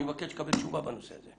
אני מבקש לקבל תשובה בנושא הזה.